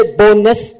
bonus